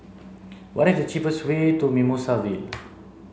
what is the cheapest way to Mimosa Vale